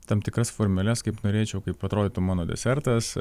tam tikras formeles kaip norėčiau kaip atrodytų mano desertas